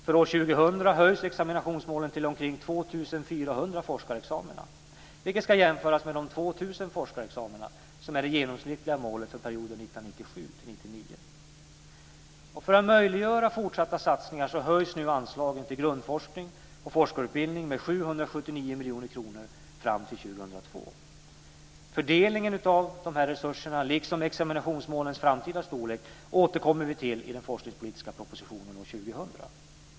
För år 2000 höjs examinationsmålen till omkring 2 400 forskarexamina, vilket ska jämföras med de 2 000 forskarexamina som är det genomsnittliga målet för perioden 1997-1999. För att möjliggöra fortsatta satsningar höjs nu anslaget till grundforskning och forskarutbildning med 779 miljoner kronor fram till 2002. Fördelningen av dessa resurser, liksom examinationsmålens framtida storlek, återkommer vi till i forskningspolitiska propositionen år 2000.